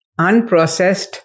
unprocessed